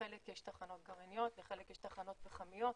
לחלק יש תחנות גרעיניות, לחלק יש תחנות פחמיות.